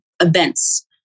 events